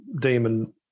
demon